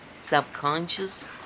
subconscious